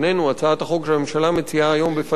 הצעת החוק שהממשלה מציעה היום בפנינו,